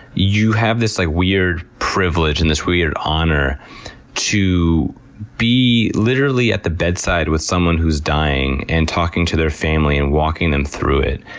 you have this like weird privilege and this weird honor to be, literally, at the bedside with someone who's dying, and talking to their family, and walking them through it,